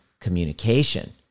communication